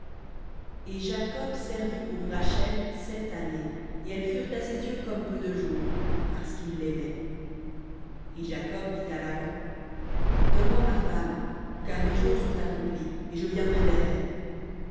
et jacob servit pour rachel sept années et elles furent à ses yeux comme peu de jours parce quil laimait et jacob dit à laban donne-moi ma femme car mes jours sont accomplis et je viendrai vers elle